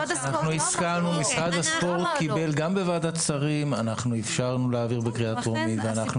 גם בוועדת שרים אנחנו אפשרנו להעביר בקריאה טרומית ואנחנו